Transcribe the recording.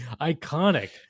iconic